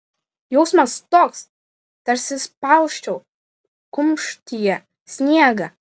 jausmas toks tarsi spausčiau kumštyje sniegą